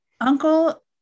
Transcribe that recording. uncle